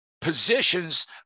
positions